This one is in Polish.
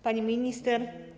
Pani Minister!